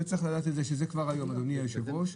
צריך לדעת שכך זה כבר היום, אדוני היושב-ראש.